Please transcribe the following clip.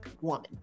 woman